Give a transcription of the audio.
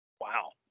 Wow